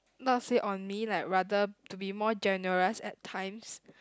not say on me like rather to be more generous at times